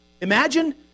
Imagine